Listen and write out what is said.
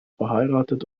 verheiratet